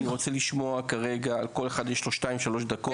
אני רוצה לשמוע, כרגע יש לכל אחד שתיים-שלוש דקות.